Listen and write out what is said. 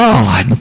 God